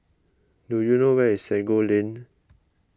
do you know where is Sago Lane